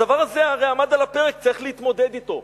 הדבר הזה הרי עמד על הפרק, צריך להתמודד אתו.